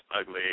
ugly